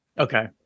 okay